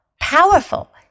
powerful